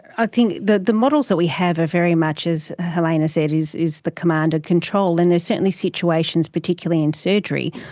i think the the models that we have are very much as helena said, is is the command and control, and there's certainly situations, particularly in surgery,